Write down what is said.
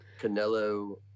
Canelo